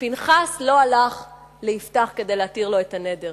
ופנחס לא הלך אל יפתח כדי להתיר לו את הנדר.